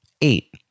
Eight